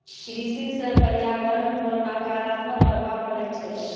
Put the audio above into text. कृषि से प्रर्यावरण रो नकारात्मक प्रभाव पड़ै छै